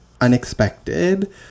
unexpected